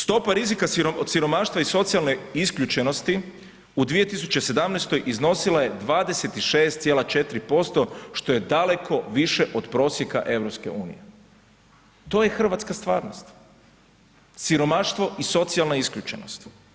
Stopa rizika od siromaštva i socijalne isključenosti u 2017. iznosila je 26,4%, što je daleko više od prosjeka EU, to je hrvatska stvarnost, siromaštvo i socijalna isključenost.